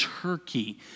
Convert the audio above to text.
Turkey